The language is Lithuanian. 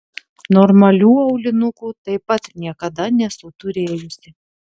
normalių aulinukų taip pat niekada nesu turėjusi